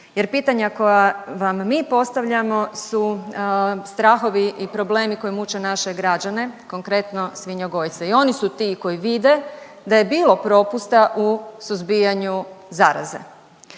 Jer pitanja koja vam mi postavljamo su strahovi i problemi koji muče naše građane, konkretno svinjogojce. I oni su ti koji vide da je bilo propusta u suzbijanju zaraze.